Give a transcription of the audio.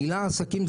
המילה "עסקים",